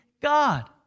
God